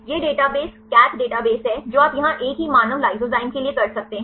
यह database CATH database है जो आप यहां एक ही मानव लाइसोजाइम के लिए कर सकते हैं